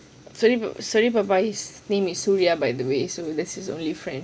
சூரி பாப்பா:suuri paappaa sorry his name is suria by the way so that's his only friend